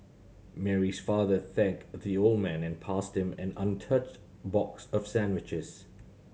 Mary's father thanked the old man and passed him an untouched box of sandwiches